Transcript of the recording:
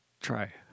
Try